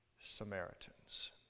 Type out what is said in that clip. Samaritans